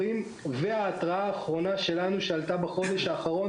ההתראה האחרונה שלנו שעלתה בחודש האחרון